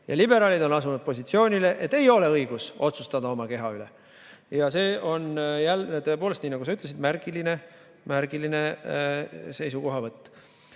Liberaalid on asunud positsioonile, et ei ole õigust otsustada oma keha üle. Ja see on, tõepoolest nii, nagu sa ütlesid, märgiline seisukohavõtt.